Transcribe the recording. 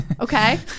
Okay